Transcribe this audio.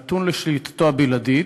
נתון לשליטתו הבלעדית,